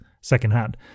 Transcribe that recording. secondhand